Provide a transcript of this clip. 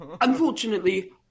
Unfortunately